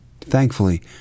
Thankfully